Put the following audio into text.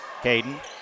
Caden